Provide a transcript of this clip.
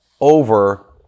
over